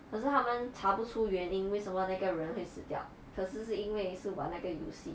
可是他们查不出原因为什么那个人会死掉可是是因为是玩那个游戏